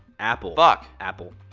apple. fuck. apple.